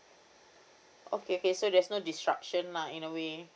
okay K so there's no disruption lah in a way